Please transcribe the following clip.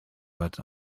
but